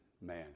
man